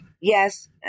Yes